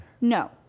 No